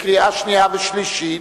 לקריאה שנייה ולקריאה שלישית.